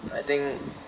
I think